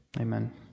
Amen